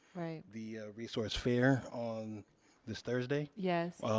the resource fair on this thursday. yes.